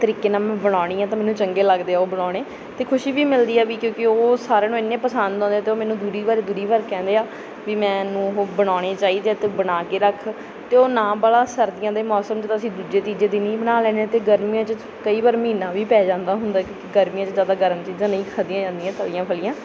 ਤਰੀਕੇ ਨਾਲ ਮੈਂ ਬਣਾਉਂਦੀ ਹਾਂ ਤਾਂ ਮੈਨੂੰ ਚੰਗੇ ਲੱਗਦੇ ਆ ਉਹ ਬਣਾਉਣੇ ਅਤੇ ਖੁਸ਼ੀ ਵੀ ਮਿਲਦੀ ਆ ਵੀ ਕਿਉਂਕਿ ਉਹ ਸਾਰਿਆਂ ਨੂੰ ਇੰਨੇ ਪਸੰਦ ਆਉਂਦੇ ਅਤੇ ਉਹ ਮੈਨੂੰ ਦੂਰੀ ਵਰ ਦੂਰੀ ਵਰ ਕਹਿੰਦੇ ਆ ਵੀ ਮੈਨੂੰ ਉਹ ਬਣਾਉਣੇ ਚਾਹੀਦੇ ਹੈ ਅਤੇ ਬਣਾ ਕੇ ਰੱਖ ਅਤੇ ਉਹ ਨਾ ਬਾਹਲਾ ਸਰਦੀਆਂ ਦੇ ਮੌਸਮ 'ਚ ਤਾਂ ਅਸੀਂ ਦੂਜੇ ਤੀਜੇ ਦਿਨ ਹੀ ਬਣਾ ਲੈਂਦੇ ਅਤੇ ਗਰਮੀਆਂ 'ਚ ਕਈ ਵਾਰ ਮਹੀਨਾ ਵੀ ਪੈ ਜਾਂਦਾ ਹੁੰਦਾ ਕਿਉਂਕਿ ਗਰਮੀਆਂ 'ਚ ਜ਼ਿਆਦਾ ਗਰਮ ਚੀਜ਼ਾਂ ਨਹੀਂ ਖਾਧੀਆਂ ਜਾਂਦੀਆਂ ਤਲੀਆਂ ਫਲੀਆਂ